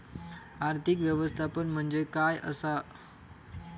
आर्थिक व्यवस्थापन म्हणजे काय असा?